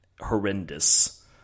horrendous